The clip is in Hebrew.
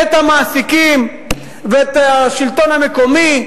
את המעסיקים ואת השלטון המקומי,